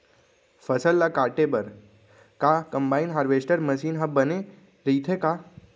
फसल ल काटे बर का कंबाइन हारवेस्टर मशीन ह बने रइथे का?